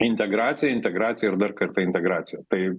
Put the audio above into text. integracija integracija ir dar kartą integracija tai